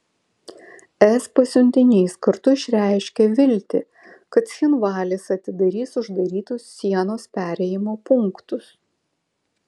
es pasiuntinys kartu išreiškė viltį kad cchinvalis atidarys uždarytus sienos perėjimo punktus